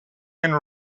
and